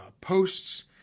posts